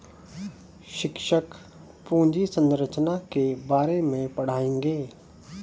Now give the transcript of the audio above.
शिक्षक पूंजी संरचना के बारे में पढ़ाएंगे